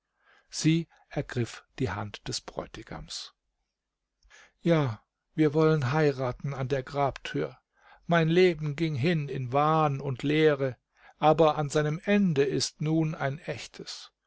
sie ergriff die hand des bräutigams ja wir wollen heiraten an der grabtür mein leben ging hin in wahn und leere aber an seinem ende ist nun ein ächtes